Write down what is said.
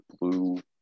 blue